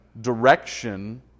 direction